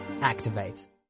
activate